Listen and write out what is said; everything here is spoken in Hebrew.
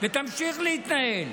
ותמשיך להתנהל.